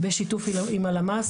בשיתוף עם הלמ"ס,